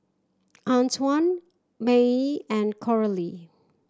Antwan Mattye and Coralie